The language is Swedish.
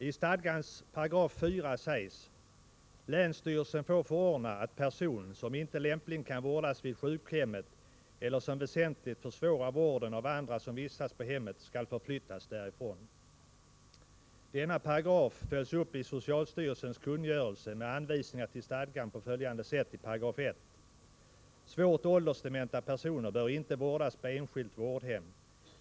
I stadgans 4 § sägs: ”Länsstyrelsen får förordna att person, som ej lämpligen kan vårdas vid vårdhemmet eller som väsentligt försvårar vården av andra som vistas på hemmet, skall förflyttas därifrån.” Denna paragraf följs i socialstyrelsens kungörelse med anvisningar till stadgan upp på detta sätt i 1 §: ”Svårt åldersdementa personer bör inte vårdas på enskilt vårdhem.